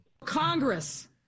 Congress